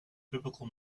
biblical